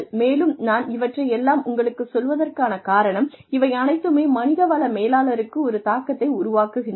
மேலும் நான் இவற்றை எல்லாம் உங்களுக்குச் சொல்வதற்கான காரணம் இவை அனைத்துமே மனித வள மேலாளர்களுக்கு ஒரு தாக்கத்தை உருவாக்குகின்றன